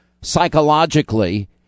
psychologically